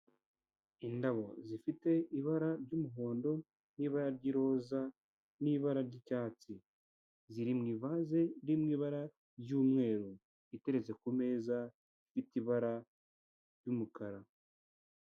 Indabo zifite ibara ry'umuhondo n'ibara ry'iroza n'ibara ry'icyatsi, ziri mu ivaze iri mu ibara ry'umweru, iteretse ku meza ifite ibara ry'umukara.